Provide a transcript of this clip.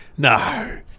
No